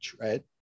right